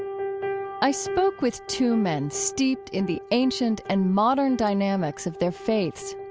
i spoke with two men steeped in the ancient and modern dynamics of their faiths.